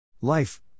Life